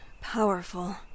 powerful